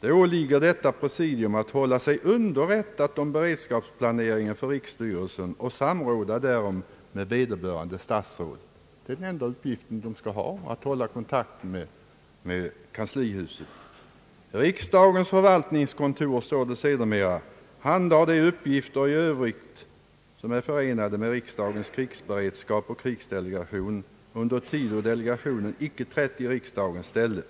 det: »Det åligger detta presidium att hålla sig underrättat om beredskapsplaneringen för riksstyrelsen och samråda därom med vederbörande statsråd.» Den enda uppgiften skall alltså vara att hålla kontakten med kanslihuset. Därefter står det: »Riksdagens förvaltningskontor handhar de uppgif ter i Övrigt, som äro förenade med riksdagens krigsberedskap och krigsdelegation under tid då delegationen icke trätt i riksdagens ställe.